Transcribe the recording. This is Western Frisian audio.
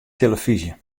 telefyzje